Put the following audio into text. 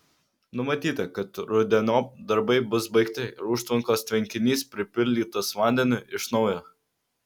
numatyta kad rudeniop darbai bus baigti ir užtvankos tvenkinys pripildytas vandeniu iš naujo